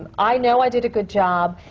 i know i did a good job.